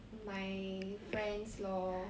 mm my friends lor